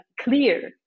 clear